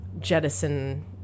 jettison